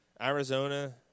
Arizona